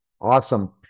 awesome